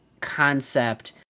concept